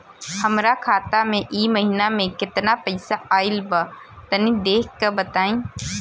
हमरा खाता मे इ महीना मे केतना पईसा आइल ब तनि देखऽ क बताईं?